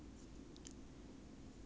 等一下我看 ah